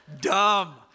dumb